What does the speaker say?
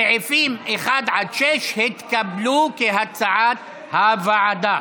סעיפים 1 עד 6, כהצעת הוועדה,